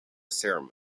ceremony